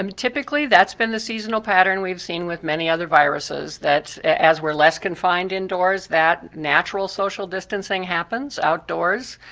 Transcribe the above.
um typically, that's been the seasonal pattern. we've seen with many other viruses, that as we're less confined indoors, that natural social distancing happens, outdoors.